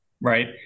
right